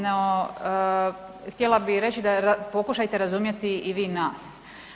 No, htjela bi reći da pokušajte razumjeti i vi nas.